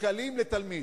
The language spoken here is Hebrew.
שקלים לתלמיד.